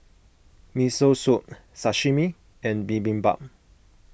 Miso Soup Sashimi and Bibimbap